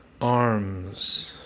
arms